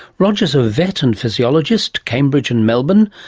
roger is a vet and physiologist, cambridge and melbourne,